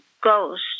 Ghost